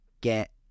get